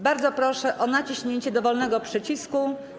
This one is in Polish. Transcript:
Bardzo proszę o naciśnięcie dowolnego przycisku.